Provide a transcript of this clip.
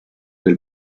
del